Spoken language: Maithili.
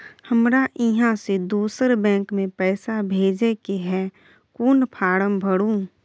हमरा इहाँ से दोसर बैंक में पैसा भेजय के है, कोन फारम भरू?